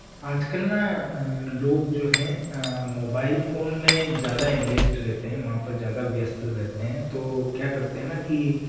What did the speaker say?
आजकल ना लोग जो हैं मोबाइल फ़ोन में ज़्यादा एन्गैज्ड रहते हैं वहाँ पर ज़्यादा व्यस्त रहते हैं तो क्या करते हैं ना कि